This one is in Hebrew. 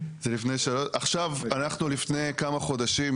המחירים התחילו קצת לרדת ואנחנו מקווים שכך זה ימשיך.